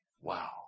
Wow